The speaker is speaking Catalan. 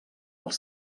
els